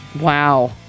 Wow